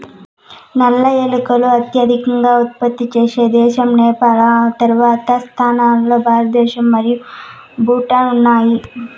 నల్ల ఏలకులు అత్యధికంగా ఉత్పత్తి చేసే దేశం నేపాల్, ఆ తర్వాతి స్థానాల్లో భారతదేశం మరియు భూటాన్ ఉన్నాయి